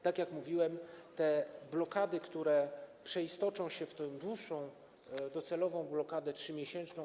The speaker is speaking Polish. Tak jak mówiłem, te blokady przeistoczą się w dłuższą docelową blokadę 3-miesięczną.